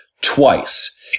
twice